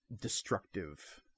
destructive